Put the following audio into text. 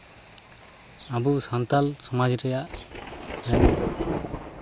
ᱟᱵᱚ ᱥᱟᱱᱛᱟᱲ ᱥᱚᱢᱟᱡᱽ ᱨᱮᱭᱟᱜ